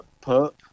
pup